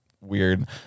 weird